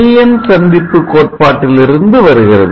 PN சந்திப்பு கோட்பாட்டிலிருந்து வருகிறது